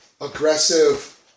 aggressive